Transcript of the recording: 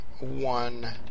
one